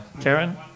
Karen